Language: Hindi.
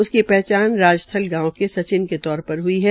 उसकी पहचान राजथल गांव के सचिव के सचिन के तौर पर हई है